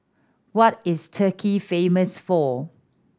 what is Turkey famous for